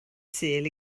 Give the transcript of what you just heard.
sul